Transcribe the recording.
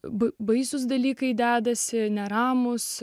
baisūs dalykai dedasi neramūs